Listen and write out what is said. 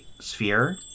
sphere